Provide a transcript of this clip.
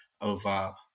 over